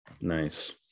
Nice